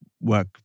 work